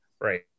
right